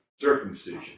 Circumcision